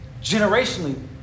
generationally